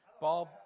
Bob